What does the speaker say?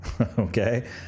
Okay